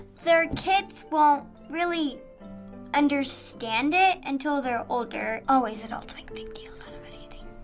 their kids won't really understand it until they're older. always, adults make big deals out of anything.